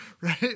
Right